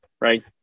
Right